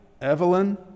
Evelyn